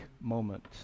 moment